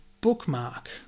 bookmark